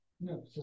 No